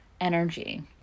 energy